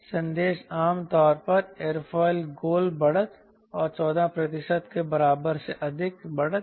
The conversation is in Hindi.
संदेश आम तौर पर एयरोफिल गोल बढ़त और 14 प्रतिशत के बराबर से अधिक बढ़त t c है